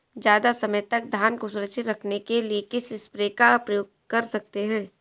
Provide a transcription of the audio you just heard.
ज़्यादा समय तक धान को सुरक्षित रखने के लिए किस स्प्रे का प्रयोग कर सकते हैं?